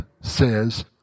says